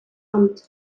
amt